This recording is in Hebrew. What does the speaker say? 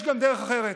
יש גם דרך אחרת: